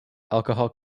alcoholic